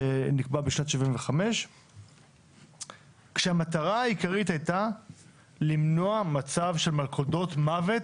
שנקבע בשנת 75. כשהמטרה העיקרית הייתה למנוע מצב של מלכודות מוות